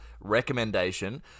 Recommendation